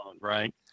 right